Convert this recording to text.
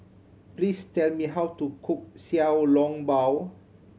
please tell me how to cook Xiao Long Bao